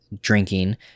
drinking